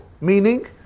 Meaning